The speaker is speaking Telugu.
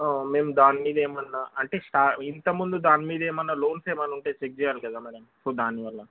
మేము దానిమద ఏమైనా అంటే స్టా ఇంతక ముందు దానిమద ఏమైనా లోన్స్ ఏమైనా ఉంటే చెక్ చేయాలి కదా మేడం సో దానివల్ల